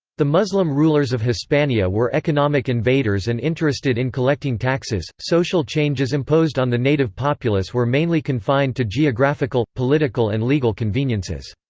the muslim rulers of hispania were economic invaders and interested in collecting taxes social changes imposed on the native populace were mainly confined to geographical, political and legal conveniences.